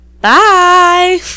Bye